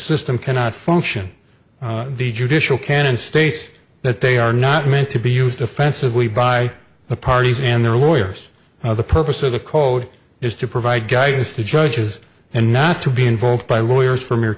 system cannot function the judicial canon states that they are not meant to be used offensively by the parties and their lawyers the purpose of the code is to provide guidance to judges and not to be invoked by lawyers f